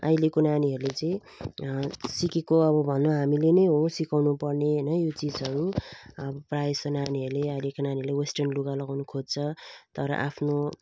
अहिलेको नानीहरूले चाहिँ सिकेको अब भनौँ हामीले नै हो सिकाउनु पर्ने होइन यो चिजहरू अब प्रायः जस्तो नानीहरूले अहिलेको नानीहरूले वेस्टर्न लुगा लगाउनु खोज्छ तर आफ्नो